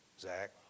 Zach